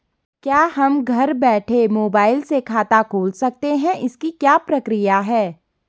क्या हम घर बैठे मोबाइल से खाता खोल सकते हैं इसकी क्या प्रक्रिया है?